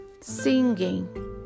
Singing